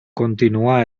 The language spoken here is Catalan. continuà